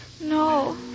No